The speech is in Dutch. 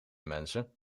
mensen